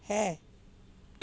ਹੈ